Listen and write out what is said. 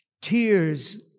tears